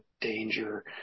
danger